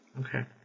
Okay